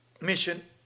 mission